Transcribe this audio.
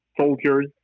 soldiers